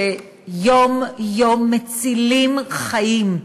שיום-יום מצילים חיים.